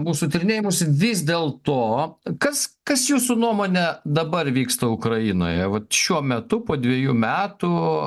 mūsų tyrinėjimus vis dėl to kas kas jūsų nuomone dabar vyksta ukrainoje šiuo metu po dvejų metų